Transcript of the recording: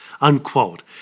unquote